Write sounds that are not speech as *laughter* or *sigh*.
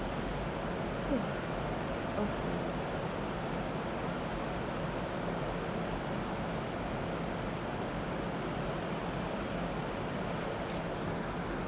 *breath* okay